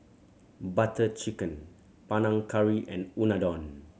Butter Chicken Panang Curry and Unadon